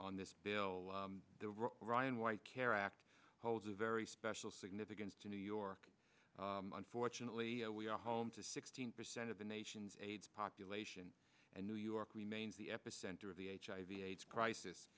on this bill the ryan white care act holds a very special significance to new york unfortunately we are home to sixteen percent of the nation's aids population and new york remains the epicenter of the hiv aids crisis